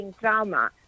trauma